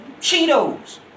Cheetos